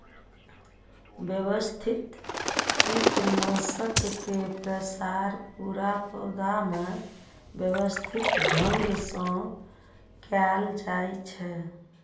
व्यवस्थित कीटनाशक के प्रसार पूरा पौधा मे व्यवस्थित ढंग सं कैल जाइ छै